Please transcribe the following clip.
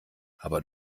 aber